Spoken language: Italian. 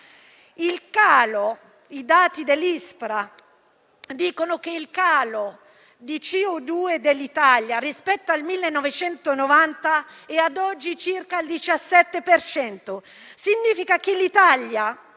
I dati dell'Ispra dicono che il calo di CO2 dell'Italia rispetto al 1990 è ad oggi circa il 17 per cento. Ciò significa che l'Italia